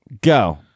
Go